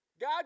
God